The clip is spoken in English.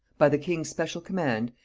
by the king's special command,